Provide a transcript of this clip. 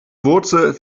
wurzel